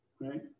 right